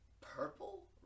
Purple